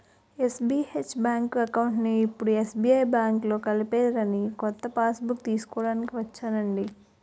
SBH bank అకౌంట్ని ఇప్పుడు SBI బాంకులో కలిపేసారని కొత్త పాస్బుక్కు తీస్కోడానికి ఒచ్చానండి